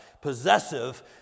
possessive